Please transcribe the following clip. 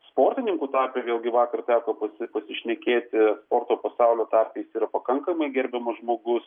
sportininkų tarpe vėlgi vakar teko pasišnekėti sporto pasaulio tarpe jis yra pakankamai gerbiamas žmogus